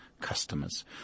customers